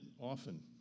often